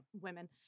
Women